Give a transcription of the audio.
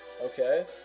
Okay